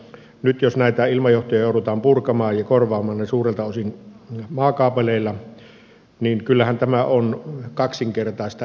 nyt jos näitä ilmajohtoja joudutaan purkamaan ja korvaamaan suurelta osin maakaapeleilla niin kyllähän tämä on kaksinkertaista investointia